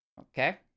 Okay